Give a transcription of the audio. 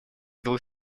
двух